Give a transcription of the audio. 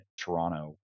Toronto